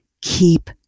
keep